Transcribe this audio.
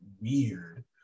weird